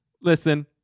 Listen